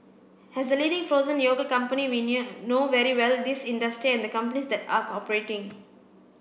as the leading frozen yogurt company we knew know very well this industry and the companies that are operating